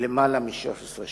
למעלה מ-13 שנה.